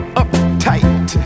uptight